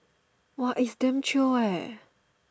!wah! is damn chio eh